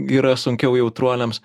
yra sunkiau jautruoliams